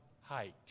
hike